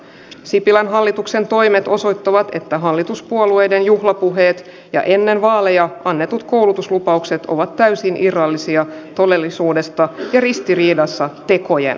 sipilän hallituksen toimet osoittavat että hallituspuolueiden juhlapuheet ja ennen vaaleja annetut koulutuslupaukset ovat täysin irrallisia todellisuudesta ja ristiriidassa tekojen